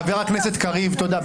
חבר הכנסת קריב, תודה.